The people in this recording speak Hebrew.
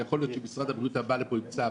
שיכול להיות שאם משרד הבריאות היה בא לפה עם צו